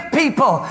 people